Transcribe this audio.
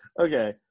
Okay